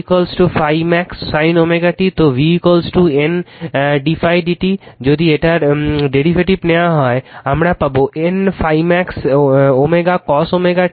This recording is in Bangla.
তো V N d ∅ d t যদি এটার ডেরিভেটিভ নেওয়া যায় আমরা পাবো N ∅ max cos t ও 2 f